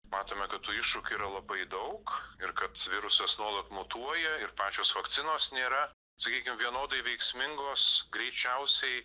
matome kad tų iššūkių yra labai daug ir kad virusas nuolat mutuoja ir pačios vakcinos nėra sakykim vienodai veiksmingos greičiausiai